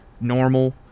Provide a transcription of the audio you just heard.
normal